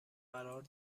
قرار